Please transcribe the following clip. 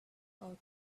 our